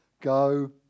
go